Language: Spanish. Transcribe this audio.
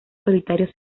solitarios